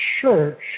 church